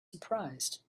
surprised